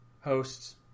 hosts